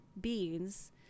beans